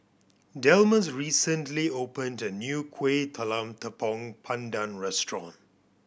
Delmus recently opened a new Kueh Talam Tepong Pandan restaurant